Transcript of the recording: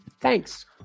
Thanks